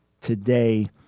today